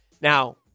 Now